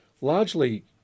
largely